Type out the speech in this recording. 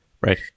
Right